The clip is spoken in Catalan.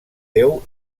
déu